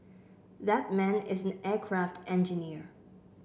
that man is an aircraft engineer